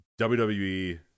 WWE